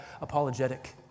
apologetic